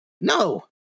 No